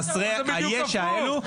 חסרי הישע האלו,